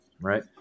right